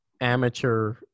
amateur